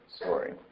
story